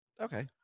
Okay